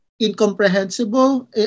incomprehensible